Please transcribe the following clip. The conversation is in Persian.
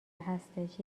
هستش